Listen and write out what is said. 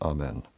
Amen